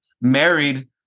married